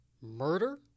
Murder